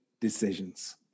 decisions